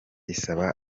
isaba